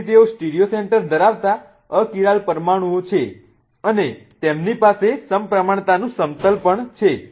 તેથી તેઓ stereo centre ધરાવતા અકિરાલ પરમાણુઓ છે અને તેમની પાસે સમપ્રમાણતાનું સમતલ પણ છે